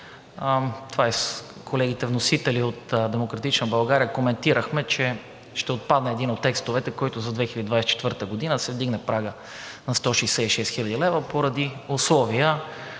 като с колегите вносители от „Демократична България“ коментирахме, че ще отпадне един от текстовете, който за 2024 г. ще вдигне прага на 166 хил. лв., поради условия,